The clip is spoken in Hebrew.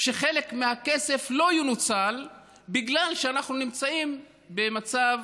שחלק מהכסף לא ינוצל בגלל שאנחנו נמצאים במצב